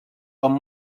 amb